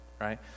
Right